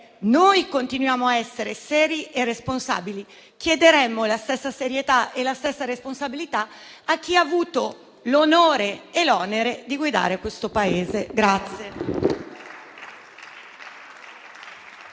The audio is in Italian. noi continuiamo a essere seri e responsabili; chiederemmo la stessa serietà e la stessa responsabilità a chi ha avuto l'onore e l'onere di guidare questo Paese.